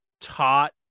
taught